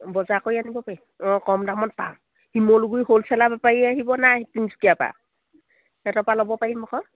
বজাৰ কৰি আনিব পাৰিম অঁ কম দামত পা শিমলুগুৰি হ'লচেলাৰ বেপাৰী আহিব নাই তিনিচুকীয়া পা সিহঁতৰ পৰা ল'ব পাৰিম আকৌ